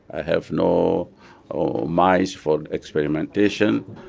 i have no mice for experimentation.